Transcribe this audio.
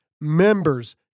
members